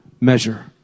measure